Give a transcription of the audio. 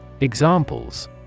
Examples